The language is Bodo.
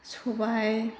सबाय